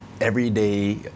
everyday